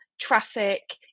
traffic